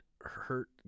hurt